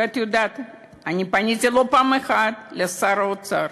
ואת יודעת, אני פניתי לא פעם אחת לשר האוצר.